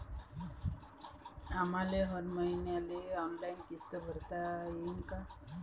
आम्हाले हर मईन्याले ऑनलाईन किस्त भरता येईन का?